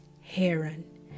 heron